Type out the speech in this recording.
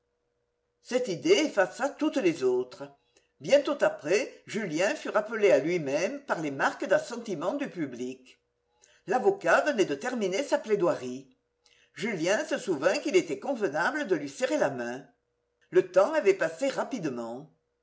cette idée effaça toutes les autres bientôt après julien fut rappelé à lui-même par les marques d'assentiment du public l'avocat venait de terminer sa plaidoirie julien se souvint qu'il était convenable de lui serrer la main le temps avait passé rapidement